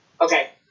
Okay